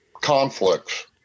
conflicts